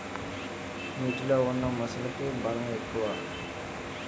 నీటిలో ఉన్న మొసలికి బలం ఎక్కువ